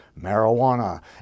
marijuana